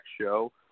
show